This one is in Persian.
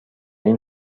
این